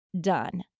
done